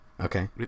Okay